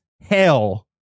hell